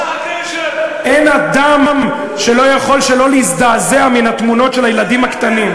אין אדם שלא יכול שלא להזדעזע מהתמונות של הילדים הקטנים.